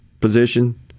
position